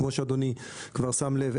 כמו שאדוני כבר שם לב,